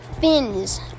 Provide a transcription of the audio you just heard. fins